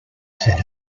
said